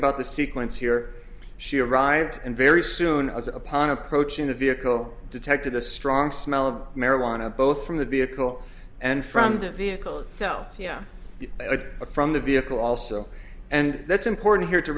about the sequence here she arrived and very soon as upon approaching the vehicle detected a strong smell of marijuana both from the vehicle and from the vehicle itself a from the vehicle also and that's important here to